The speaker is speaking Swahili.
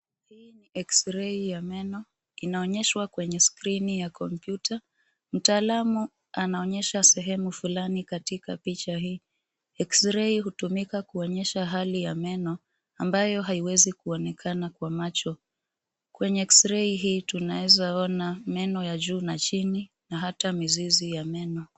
Eksirei ya meno inaonyeshwa kwenye skrini ya kompyuta. Mtaalamu anaonyesha sehemu fulani katika picha hii. Eksirei hutumika kuonyesha hali ya meno ambayo haiwezi kuonekana kwa macho. Kwenye eksirei hii tunaweza ona meno ya juu na chini na hata mizizi ya meno.